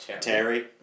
Terry